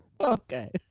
Okay